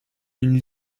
une